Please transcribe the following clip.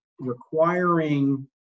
requiring